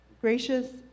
Gracious